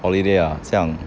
holiday ah 像